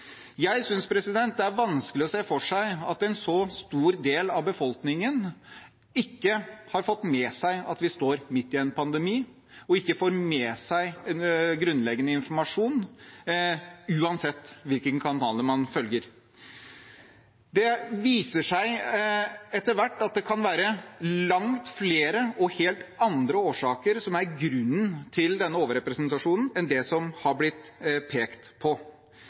Jeg synes det er vanskelig å se for seg at en så stor del av befolkningen ikke har fått med seg at vi står midt i en pandemi, og ikke får med seg grunnleggende informasjon, uansett hvilke kanaler man følger. Det viser seg etter hvert at det kan være langt flere og helt andre årsaker som er grunnen til denne overrepresentasjonen, enn det som har blitt pekt på.